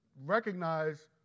recognize